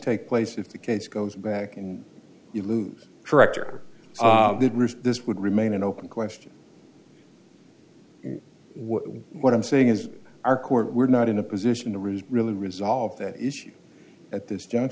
take place if the case goes back and you lose correct or this would remain an open question what i'm saying is our court we're not in a position to really really resolve that issue at this jun